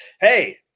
Hey